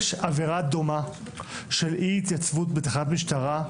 יש עבירה דומה של אי התייצבות בתחנת משטרה?